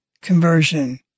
conversion